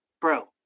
bro